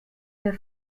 der